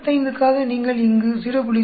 95 க்காக நீங்கள் இங்கு 0